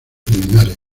linares